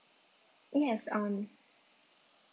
yes um